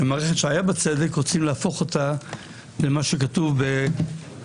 שמערכת שהיה בה צדק רוצים להפוך אותה למה שכתוב בשבת